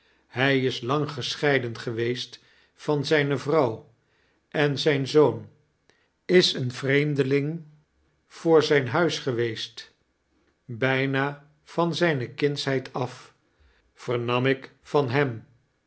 hij is lang gescheiden geweest van zijne vrouw en zijn zoon is een vreemdeling voor zijn huis geweest bijna van zijne kindsheid af vernam ik van hem